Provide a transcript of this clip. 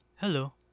Hello